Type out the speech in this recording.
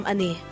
Ani